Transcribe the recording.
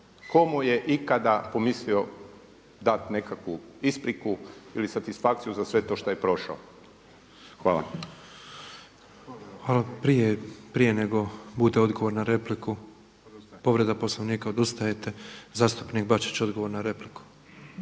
mu je ikada pomislio dati nekakvu ispriku ili satisfakciju za sve to što je prošao? Hvala. **Petrov, Božo (MOST)** Hvala. Prije nego bude odgovor na repliku, povreda Poslovnika. Odustajete? Zastupnik Bačić odgovor na repliku.